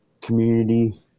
community